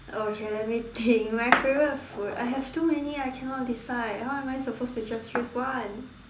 okay let me think my favourite food I have so many I cannot decide how am I supposed to just choose one